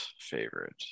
favorite